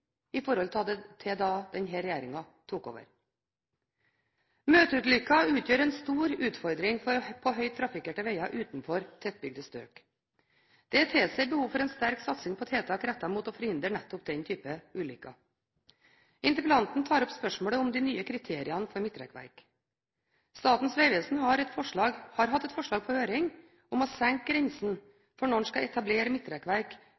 i forhold til da denne regjeringen tok over. Møteulykker utgjør en stor utfordring på høyt trafikkerte veger utenfor tettbygde strøk. Det tilsier behov for en sterk satsing på tiltak rettet mot å forhindre nettopp den type ulykker. Interpellanten tar opp spørsmålet om de nye kriteriene for midtrekkverk. Statens vegvesen har hatt et forslag på høring om å senke grensen for når man skal etablere midtrekkverk